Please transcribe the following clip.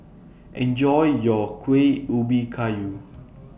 Enjoy your Kueh Ubi Kayu